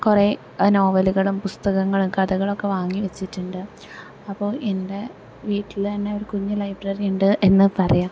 കുറെ നോവലുകളും പുസ്തകങ്ങളും കഥകളൊക്കെ വാങ്ങി വെച്ചിട്ടുണ്ട് അപ്പോൾ എൻ്റെ വീട്ടിലന്നെ ഒരു കുഞ്ഞ് ലൈബ്രറി ഉണ്ട് എന്ന് പറയാം